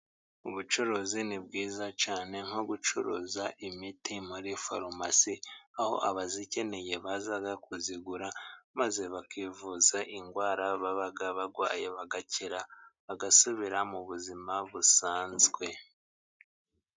Ubucuruzi ni bwiza cyane nko gucuruza imiti muri farumasi aho abayikeneye baza kuyigura maze bakivuza indwara baba barwaye bagakira bagasubira mu buzima busanzwe.